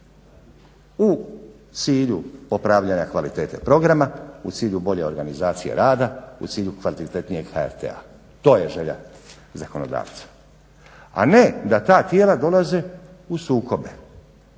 u cilju popravljanja kvalitete programa, u cilju bolje organizacije rada, u cilju kvalitetnijeg HRT-a. To je želja zakonodavca, a ne da ta tijela dolaze u sukobe